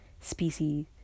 species